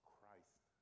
Christ